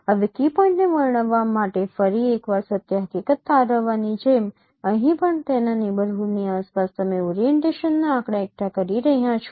હવે કી પોઈન્ટને વર્ણવવા માટે ફરી એકવાર સત્ય હકીકત તારવવાની જેમ અહીં પણ તેના નેબરહૂડની આસપાસ તમે ઓરીએન્ટેશનનાં આંકડા એકઠા કરી રહ્યા છો